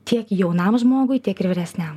tiek jaunam žmogui tiek ir vyresniam